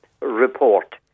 report